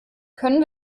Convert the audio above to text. können